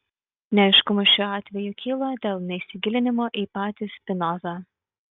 neaiškumų šiuo atveju kyla dėl neįsigilinimo į patį spinozą